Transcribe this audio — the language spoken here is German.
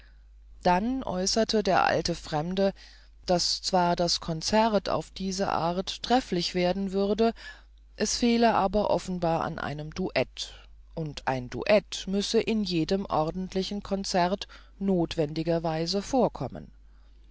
da äußerte der alte fremde daß zwar das konzert auf diese art trefflich werden würde es fehle aber offenbar an einem duett und ein duett müsse in jedem ordentlichen konzert notwendigerweise vorkommen